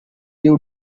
you